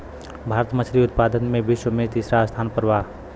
भारत मछली उतपादन में विश्व में तिसरा स्थान पर बा